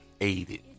aided